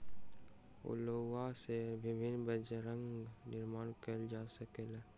अउलुआ सॅ विभिन्न व्यंजन निर्माण कयल जा सकै छै